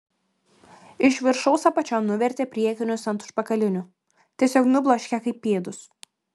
iš viršaus apačion nuvertė priekinius ant užpakalinių tiesiog nubloškė kaip pėdus